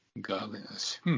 godliness